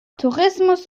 tourismus